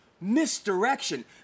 misdirection